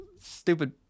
stupid